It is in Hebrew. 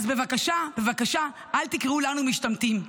אז בבקשה, בבקשה, אל תקראו לנו משתמטים.